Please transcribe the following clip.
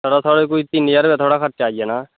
तिन्न ज्हार थोआढ़ा खर्चा आई जाना